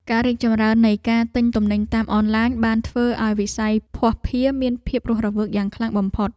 ការរីកចម្រើននៃការទិញទំនិញតាមអនឡាញបានធ្វើឱ្យវិស័យភស្តុភារមានភាពរស់រវើកយ៉ាងខ្លាំងបំផុត។